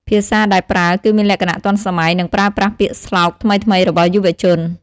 ភាសាដែលប្រើ គឺមានលក្ខណៈទាន់សម័យ និងប្រើប្រាស់ពាក្យស្លោកថ្មីៗរបស់យុវជន។